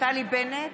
נפתלי בנט,